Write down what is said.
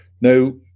Now